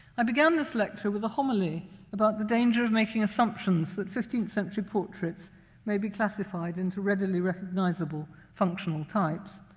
i began this lecture with a homily about the danger of making assumptions that fifteenth century portraits may be classified into readily recognizable, functional types.